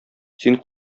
син